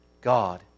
God